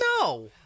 No